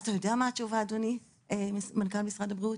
אתה יודע מה התשובה אדוני מנכ"ל משרד הבריאות?